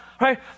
right